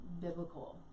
biblical